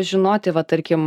žinoti va tarkim